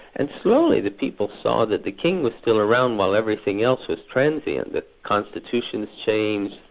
and slowly the people saw that the king was still around while everything else was transient. the constitutions changed,